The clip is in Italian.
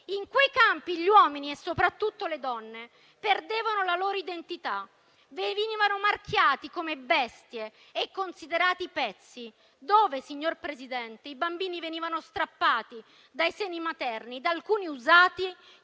In quei campi gli uomini e, soprattutto, le donne perdevano la loro identità, venivano marchiati come bestie e considerati pezzi. Signor presidente, i bambini venivano strappati dai seni materni e alcuni usati